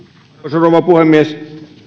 rouva puhemies